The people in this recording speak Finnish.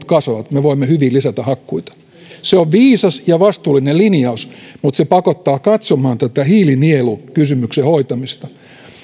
kasvavat me voimme hyvin lisätä hakkuita se on viisas ja vastuullinen linjaus mutta se pakottaa katsomaan tätä hiilinielukysymyksen hoitamista